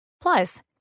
Plus